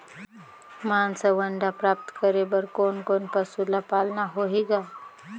मांस अउ अंडा प्राप्त करे बर कोन कोन पशु ल पालना होही ग?